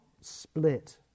split